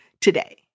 today